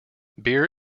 beer